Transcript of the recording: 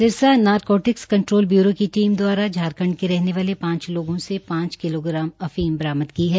Sirsa narcotics control bureau की team दवारा झांरखंड के रहने वाले पांच लोगों से पांच किलो ग्राम अफीम बरामद की है